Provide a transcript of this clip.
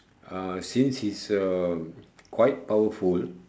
uh since he's err quite powerful